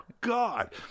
God